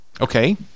Okay